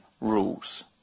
rules